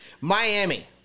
Miami